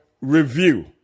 review